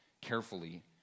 carefully